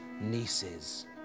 nieces